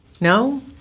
No